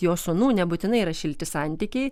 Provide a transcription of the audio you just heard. jo sūnų nebūtinai yra šilti santykiai